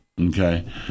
Okay